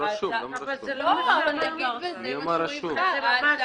מי אמר בדואר רשום?